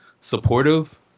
supportive